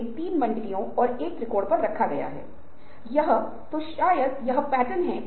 इसलिए इनोवेशन के लिए माइंड मिक्स का इस्तेमाल किया जाता है